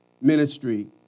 ministry